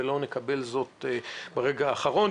ולא נקרבל זאת ברגע האחרון.